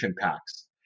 packs